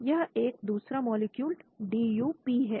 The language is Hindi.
यह एक दूसरा मॉलिक्यूल DuP है